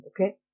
okay